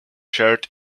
shared